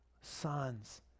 sons